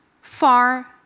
far